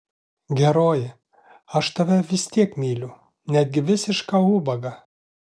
geroji aš tave vis tiek myliu netgi visišką ubagą